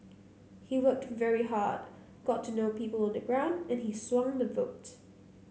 he worked very hard got to know people on the ground and he swung the vote